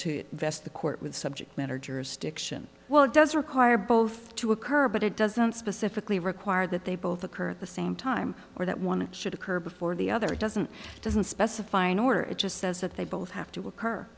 to vest the court with subject matter jurisdiction well does require both to occur but it doesn't specifically require that they both occur at the same time or that one should occur before the other doesn't doesn't specify an order it just says that they both have to occur